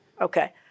Okay